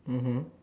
mmhmm